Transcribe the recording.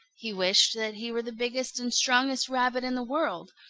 he wished that he were the biggest and strongest rabbit in the world.